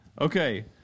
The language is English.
Okay